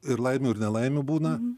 ir laimių ir nelaimių būna